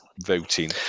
voting